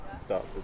start